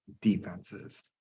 defenses